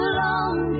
long